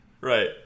right